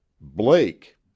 Blake